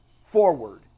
forward